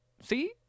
See